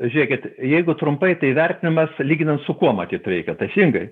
žiūrėkit jeigu trumpai tai vertinimas lyginant su kuo matyt reikia teisingai